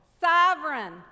Sovereign